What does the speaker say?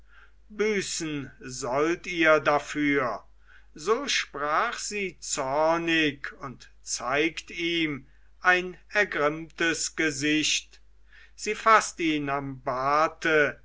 büßen sollt ihr dafür so sprach sie zornig und zeigt ihm ein ergrimmtes gesicht sie faßt ihn am barte